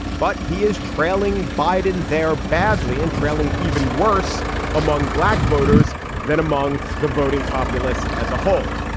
but he is trailing biden there badly and trailing even worse among black voters than among the voting populace as a whole.